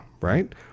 right